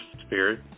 spirit